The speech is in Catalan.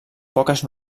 poques